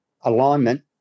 alignment